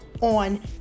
on